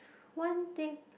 one thing